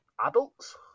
adults